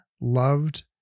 loved